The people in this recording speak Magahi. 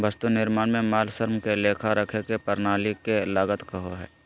वस्तु निर्माण में माल, श्रम के लेखा रखे के प्रणाली के लागत कहो हइ